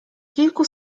kilku